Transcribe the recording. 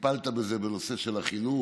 טיפלת בזה בנושא של החינוך.